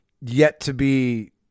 yet-to-be